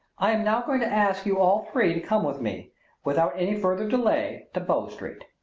i am now going to ask you all three to come with me without any further delay to bow street.